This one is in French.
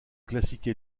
classique